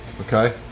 Okay